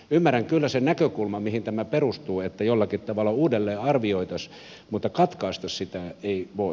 ymmärrän kyllä sen näkökulman mihin tämä perustuu että jollakin tavalla uudelleen arvioitaisiin mutta katkaista sitä ei voi